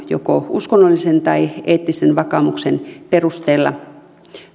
joko uskonnollisen tai eettisen vakaumuksen perusteella